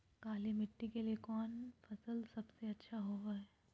काली मिट्टी के लिए कौन फसल सब से अच्छा होबो हाय?